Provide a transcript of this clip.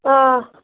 آ